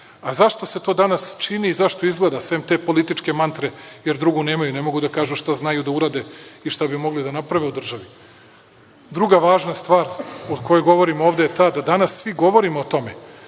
Zašto se to danas čini i zašto izgleda, sem te političke mantre, jer drugu nemaju, ne mogu da kažu šta znaju da urade i šta bi mogli da naprave u državi? Druga važna stvar o kojoj govorimo ovde je ta da danas svi govorimo o tome,